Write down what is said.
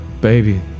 baby